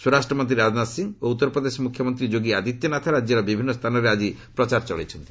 ସ୍ୱରାଷ୍ଟ୍ରମନ୍ତ୍ରୀ ରାଜନାଥ ସିଂ ଓ ଉତ୍ତର ପ୍ରଦେଶ ମୁଖ୍ୟମନ୍ତ୍ରୀ ଯୋଗୀ ଆଦିତ୍ୟନାଥ ରାଜ୍ୟର ବିଭିନ୍ନ ସ୍ଥାନରେ ଆଜି ପ୍ରଚାର କରୁଛନ୍ତି